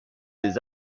des